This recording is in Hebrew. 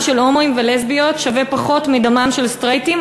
של הומואים ולסביות שווה פחות מדמם של סטרייטים,